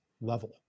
level